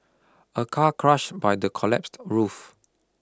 a car crushed by the collapsed roof